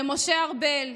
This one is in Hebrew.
למשה ארבל,